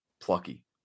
Plucky